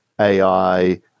AI